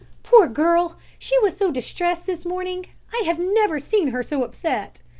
poor girl, she was so distressed this morning i have never seen her so upset.